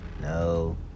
no